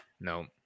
No